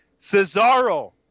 Cesaro